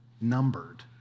numbered